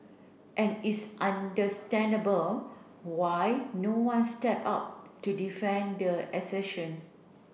and it's understandable why no one stepped up to defend the assertion